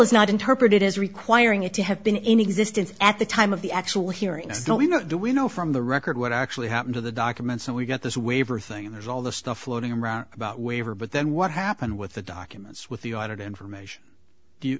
is not interpreted as requiring it to have been in existence at the time of the actual hearings don't know that we know from the record what actually happened to the documents and we got this waiver thing there's all this stuff floating around about waiver but then what happened with the documents with the audit information do